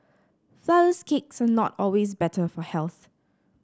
flourless cakes are not always better for health